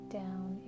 down